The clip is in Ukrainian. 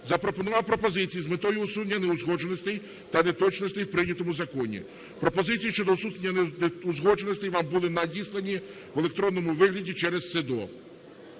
запропонував пропозиції з метою усунення неузгодженостей та неточностей в прийнятому законі. Пропозиції щодо усунення неузгодженостей вам були надіслані в електронному вигляді через СЕДО.